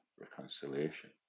reconciliation